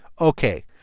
Okay